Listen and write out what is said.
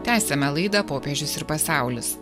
tęsiame laidą popiežius ir pasaulis